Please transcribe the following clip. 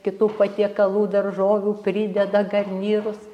kitų patiekalų daržovių prideda garnyrus